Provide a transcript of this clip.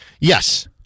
Yes